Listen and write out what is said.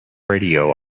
radio